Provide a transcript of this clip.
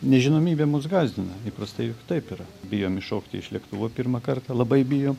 nežinomybė mus gąsdina įprastai taip yra bijom iššokti iš lėktuvo pirmą kartą labai bijom